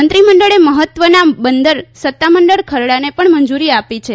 મંત્રીમંડળે મહત્વનાં બંદર સત્તામંડળ ખરડાને પણ મંજૂરી આપી છે